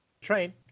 train